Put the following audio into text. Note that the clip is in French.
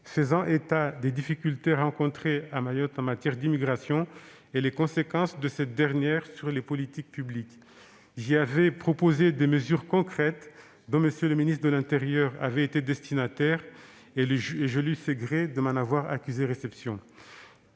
faisant état des difficultés rencontrées à Mayotte en matière d'immigration et des conséquences de cette dernière sur les politiques publiques. J'y avais proposé des mesures concrètes. M. le ministre de l'intérieur en avait également été destinataire, et je lui sais gré de m'en avoir accusé réception.